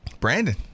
brandon